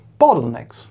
bottlenecks